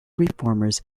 reformers